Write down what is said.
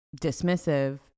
dismissive